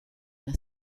una